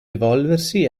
evolversi